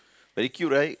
very cute right